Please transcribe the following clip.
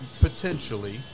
potentially